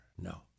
no